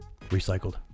recycled